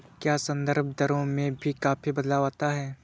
क्या संदर्भ दरों में भी काफी बदलाव आता है?